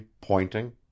pointing